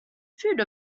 food